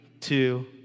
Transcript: two